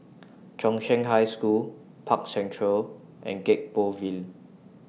Chung Cheng High School Park Central and Gek Poh Ville